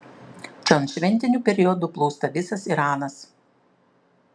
čion šventiniu periodu plūsta visas iranas